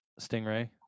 Stingray